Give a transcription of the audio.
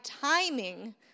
timing